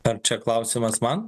ar čia klausimas man